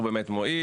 באמת מועיל?